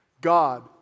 God